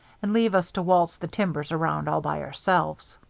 and leave us to waltz the timbers around all by ourselves.